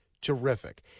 terrific